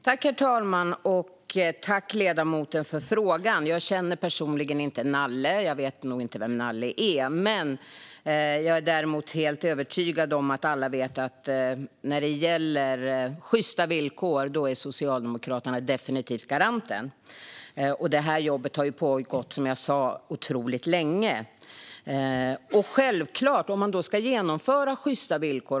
Herr talman! Jag tackar ledamoten för frågan. Jag känner personligen inte Nalle - jag vet nog inte vem Nalle är. Jag är däremot helt övertygad om att alla vet att Socialdemokraterna definitivt är garanten när det gäller sjysta villkor. Detta jobb har, som jag sa, pågått otroligt länge.